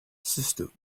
system